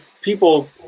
people